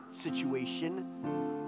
situation